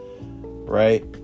right